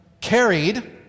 carried